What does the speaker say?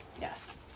Yes